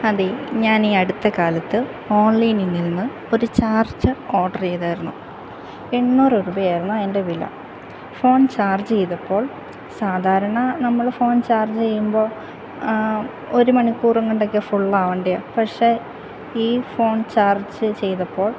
അതെ ഞാൻ ഈ അടുത്ത കാലത്ത് ഓൺലൈനിൽ നിന്ന് ഒരു ചാർജർ ഓർഡർ ചെയ്തായിരുന്നു എണ്ണൂറ് രൂപയായിരുന്നു അതിൻ്റെ വില ഫോൺ ചാർജ് ചെയ്തപ്പോൾ സാധാരണ നമ്മൾ ഫോൺ ചാർജ് ചെയ്യുമ്പോൾ ഒരു മണിക്കൂറും കൊണ്ടൊക്കെ ഫുൾ ആവേണ്ടതാണ് പക്ഷേ ഈ ഫോൺ ചാർജ് ചെയ്തപ്പോൾ